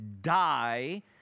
die